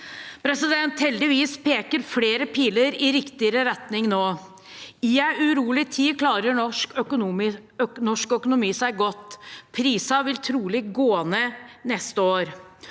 samarbeid. Heldigvis peker flere piler i riktig retning nå. I en urolig tid klarer norsk økonomi seg godt. Prisene vil trolig gå ned neste år.